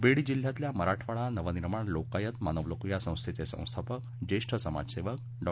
बीड जिल्ह्यातल्या मराठवाडा नवनिर्माण लोकायत मानवलोक या संस्थेचे संस्थापक ज्येष्ठ समाजसेवक डॉ